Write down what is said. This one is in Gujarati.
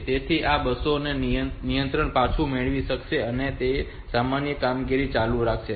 તેથી તે આ 3 બસો નું નિયંત્રણ પાછું મેળવી શકે છે અને તેની સામાન્ય કામગીરી ચાલુ રાખી શકે છે